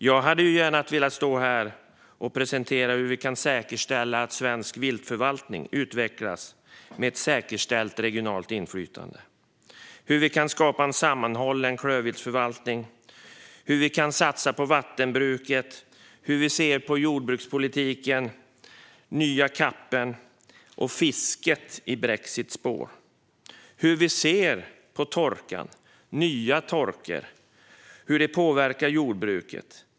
Jag hade gärna velat stå här och presentera hur vi kan säkerställa att svensk viltförvaltning utvecklas med säkerställt regionalt inflytande, hur vi vill skapa en sammanhållen klövviltsförvaltning, hur vi kan satsa på vattenbruket, hur vi ser på jordbrukspolitiken, den nya CAP:en och fisket i brexits spår, hur vi ser på torkan och nya typer av torka och hur det påverkar jordbruket.